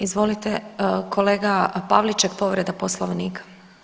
Izvolite kolega Pavliček povreda Poslovnika.